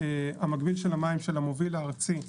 המקביל של המים של המוביל הארצי,